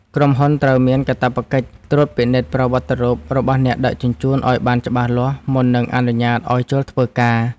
ក្រុមហ៊ុនត្រូវមានកាតព្វកិច្ចត្រួតពិនិត្យប្រវត្តិរូបរបស់អ្នកដឹកជញ្ជូនឱ្យបានច្បាស់លាស់មុននឹងអនុញ្ញាតឱ្យចូលធ្វើការ។